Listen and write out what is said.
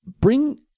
Bring